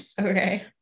Okay